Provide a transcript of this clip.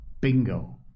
Bingo